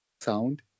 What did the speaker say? sound